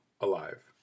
alive